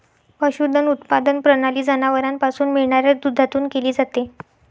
पशुधन उत्पादन प्रणाली जनावरांपासून मिळणाऱ्या दुधातून केली जाते